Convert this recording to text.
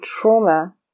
trauma